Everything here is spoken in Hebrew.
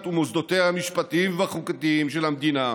ומוסדותיה המשפטיים והחוקתיים של המדינה,